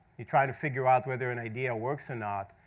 you try to figure out whether an idea works or not.